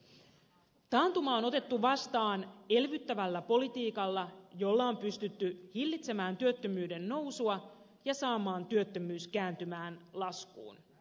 taantuma on otettu vastaan elvyttävällä politiikalla jolla on pystytty hillitsemään työttömyyden nousua ja saamaan työttömyys kääntymään laskuun